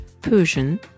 Persian